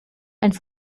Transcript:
and